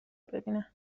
ببینن